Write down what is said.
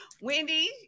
Wendy